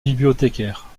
bibliothécaire